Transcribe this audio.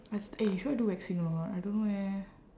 I s~ eh should I do waxing or not I don't know eh